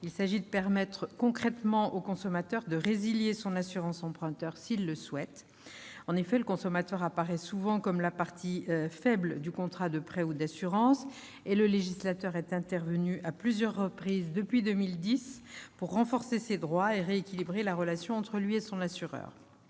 Il s'agit de permettre concrètement au consommateur de résilier son assurance emprunteur s'il le souhaite. En effet, le consommateur apparaît souvent comme la partie faible du contrat de prêt ou d'assurance. Le législateur est intervenu à plusieurs reprises, depuis 2010, pour renforcer ses droits et rééquilibrer la relation qui le lie à son assureur.